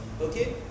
okay